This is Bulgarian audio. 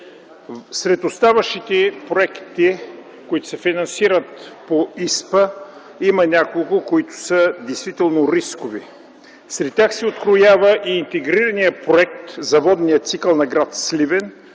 Сред оставащите проекти, които се финансират по ИСПА, има няколко, които са действително рискови. Сред тях се откроява и Интегрираният проект за водния цикъл на гр. Сливен,